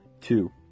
Two